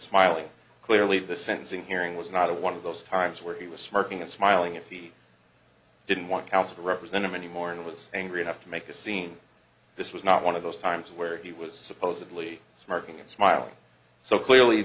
smiling clearly the sentencing hearing was not a one of those times where he was smirking and smiling if he didn't want counsel represent him any more and was angry enough to make a scene this was not one of those times where he was supposedly smirking and smiling so clearly